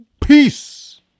peace